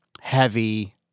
heavy